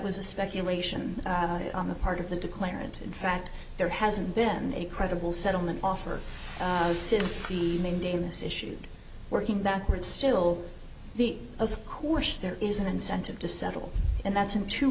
was a speculation on the part of the declarant in fact there hasn't been a credible settlement offer since the main damus issued working backwards still the of course there is an incentive to settle and that's in t